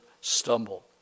stumble